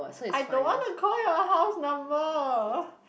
I don't wanna call your house number